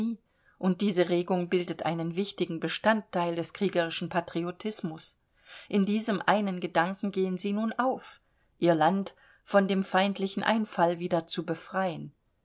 und diese regung bildet einen wichtigen bestandteil des kriegerischen patriotismus in diesem einen gedanken gehen sie nun auf ihr land von dem feindlichen einfall wieder zu befreien